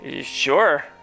Sure